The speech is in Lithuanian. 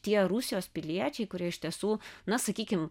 tie rusijos piliečiai kurie iš tiesų na sakykim